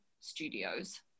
studios